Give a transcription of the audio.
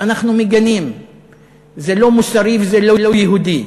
אנחנו מגנים; זה לא מוסרי וזה לא יהודי.